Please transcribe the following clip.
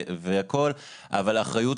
אבל האחריות,